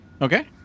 Okay